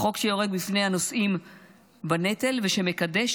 החוק שיורק בפני הנושאים בנטל ושמקדש